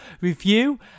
review